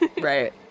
Right